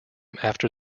after